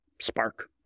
spark